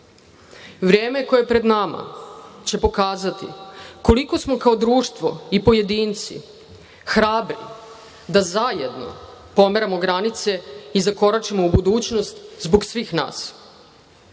koje je pred nama će pokazati koliko smo kao društvo i pojedinci hrabri da zajedno pomeramo granice i zakoračimo u budućnost zbog svih nas,